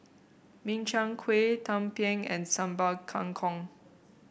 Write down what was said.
Min Chiang Kueh Tumpeng and Sambal Kangkong